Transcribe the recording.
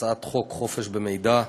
הצעת חוק חופש המידע (תיקון,